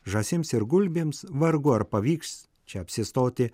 žąsims ir gulbėms vargu ar pavyks čia apsistoti